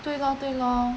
对咯对咯